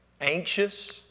anxious